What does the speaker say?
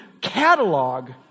catalog